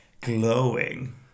Glowing